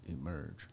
emerge